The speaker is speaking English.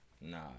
Nah